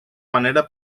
manera